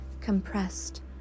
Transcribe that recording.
compressed